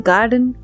Garden